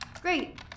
Great